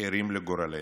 ערים לגורלנו,